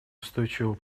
устойчивого